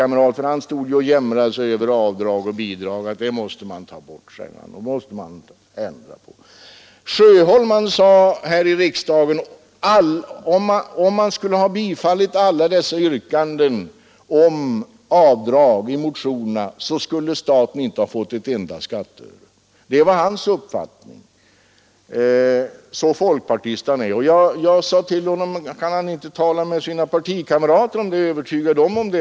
Men herr Sjöholm, herr Löfgrens partikamrat, har här i riksdagen sagt att om man skulle ha bifallit alla framförda motionsyrkanden om avdrag, så skulle staten inte ha fått in ett enda skatteöre. Det var hans uppfattning, så folkpartist han är. Då frågade jag om inte herr Sjöholm kunde tala med sina partikamrater och övertyga dem om det.